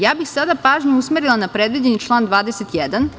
Ja bih sada pažnju usmerila na predviđeni član 21.